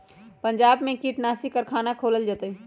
पंजाब में कीटनाशी कारखाना खोलल जतई